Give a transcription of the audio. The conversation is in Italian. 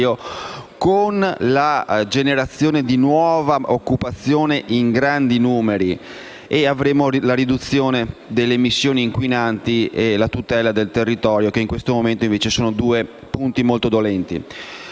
con la generazione di nuova occupazione in grandi numeri, e avremmo la riduzione delle emissioni inquinanti e la tutela del territorio, che in questo momento invece sono due punti molto dolenti.